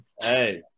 Hey